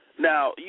Now